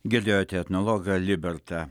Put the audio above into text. girdėjote etnologą libertą